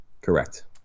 Correct